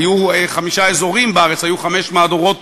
היו חמישה אזורים בארץ, היו חמש מהדורות